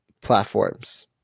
platforms